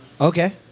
Okay